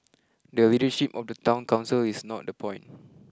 the leadership of the town council is not the point